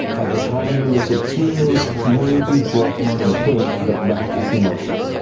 by the time you look at humans, maybe just some hints, but that at the most.